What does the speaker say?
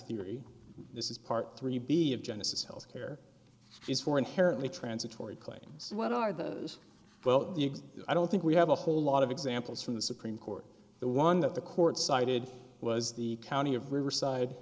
theory this is part three b of genesis health care is for inherently transitory claims what are those well i don't think we have a whole lot of examples from the supreme court the one that the court cited was the county of riverside